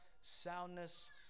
soundness